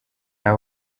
nta